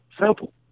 simple